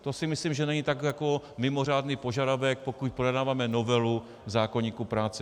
To si myslím, že není tak mimořádný požadavek, pokud projednáváme novelu v zákoníku práce.